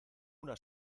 una